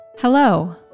Hello